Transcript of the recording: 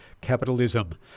capitalism